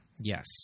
Yes